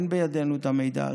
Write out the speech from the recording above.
אין בידינו את המידע הזה,